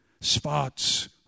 spots